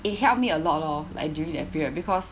it helped me a lot loh like during that period because